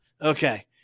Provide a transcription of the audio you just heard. Okay